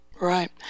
Right